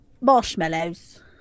marshmallows